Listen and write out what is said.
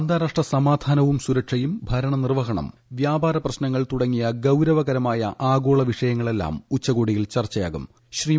അന്താരാഷ്ട്രസമാധാനവും സ്പൂർക്ഷയും ഭരണനിർവ്വഹണം വ്യാപാര പ്രശ്നങ്ങൾ തുടങ്ങിയ ഗൌര്വകരമായ ആഗോള വിഷയങ്ങളെല്ലാം ഉച്ചകോടിയിൽ ചർച്ചയാക്ടൂര്